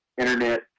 internet